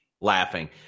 laughing